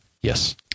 Yes